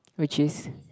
which is